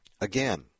Again